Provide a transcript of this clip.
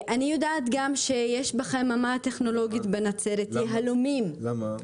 אני יודעת גם שיש בחממה הטכנולוגית בנצרת יהלומים --- למה?